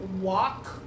walk